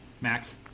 Max